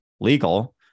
legal